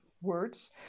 words